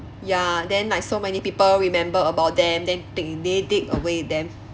ya then like so many people remember about them then think they take away them